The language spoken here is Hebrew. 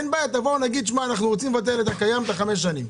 אין בעיה תבוא להגיד תשמע אנחנו רוצים לבטל את הקיים את ה-5 שנים.